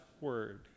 Word